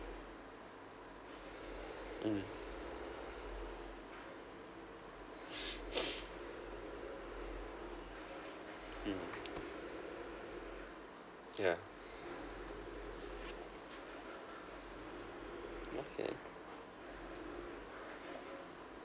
mm mm yeah okay